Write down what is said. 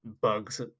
bugs